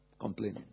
complaining